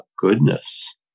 goodness